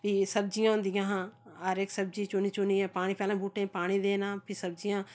फ्ही सब्जियां होंदियां हियां हर इक सब्जी चुनी चुनियै पानी पैह्लें बूह्टें गी पानी देना फ्ही सब्जियां